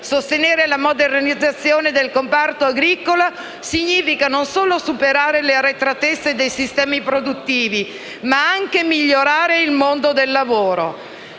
sostenere la modernizzazione del comparto agricolo significa non solo superare le arretratezze dei sistemi produttivi, ma anche migliorare il mondo del lavoro.